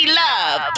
love